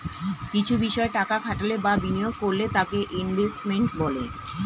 কিছু বিষয় টাকা খাটালে বা বিনিয়োগ করলে তাকে ইনভেস্টমেন্ট বলে